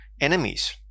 enemies